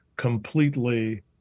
completely